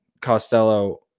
Costello